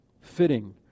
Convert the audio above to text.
fitting